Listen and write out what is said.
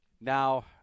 now